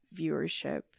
viewership